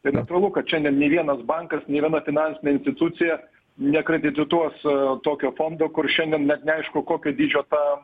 tai natūralu kad šiandien nei vienas bankas nei viena finansinė institucija nekreditiduos tokio fondo kur šiandien net neaišku kokio dydžio ta